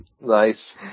Nice